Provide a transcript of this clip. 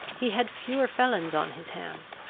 he had fewer felons on his hands,